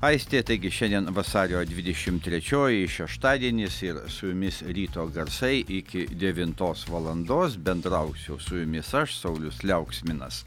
aistė taigi šiandien vasario dvidešimt trečioji šeštadienis ir su jumis ryto garsai iki devintos valandos bendrausiu su jumis aš saulius liauksminas